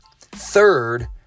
third